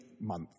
month